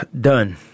Done